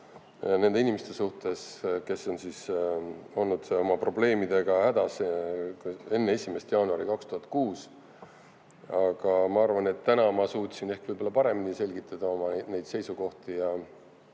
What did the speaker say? nende inimeste suhtes, kes on olnud oma probleemidega hädas enne 1. jaanuari 2006. Ma arvan, et täna ma suutsin ehk paremini selgitada oma seisukohti, ja